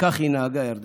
וכך היא נהגה, ירדנה,